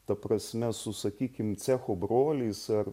ta prasme su sakykim cecho broliais ar